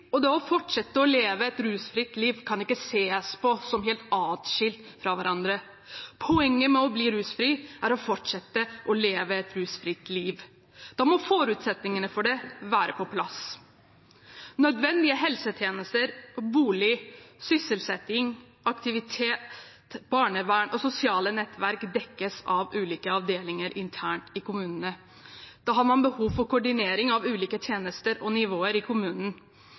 og å fortsette å leve et rusfritt liv kan ikke ses på som adskilt fra hverandre. Poenget med å bli rusfri er å fortsette å leve et rusfritt liv. Da må forutsetningene for det være på plass. Nødvendige helsetjenester, bolig, sysselsetting, aktivitet, barnevern og sosiale nettverk dekkes av ulike avdelinger internt i kommunene. Da har man behov for koordinering av ulike tjenester og nivåer i kommunen.